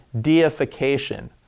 deification